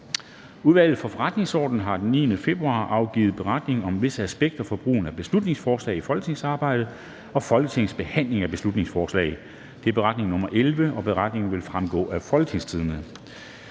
Udvalget for Forretningsordenen har den 9. februar 2022 afgivet Beretning om visse aspekter af brugen af beslutningsforslag i folketingsarbejdet og Folketingets behandling af beslutningsforslag (Beretning nr. 11). Beretningen vil fremgå af www.folketingstidende.dk.